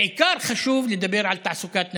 בעיקר חשוב לדבר על תעסוקת נשים.